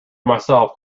myself